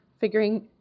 figuring